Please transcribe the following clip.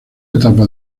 etapa